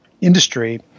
industry